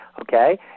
Okay